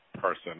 Person